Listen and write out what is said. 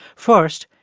first,